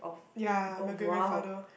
ya my great grandfather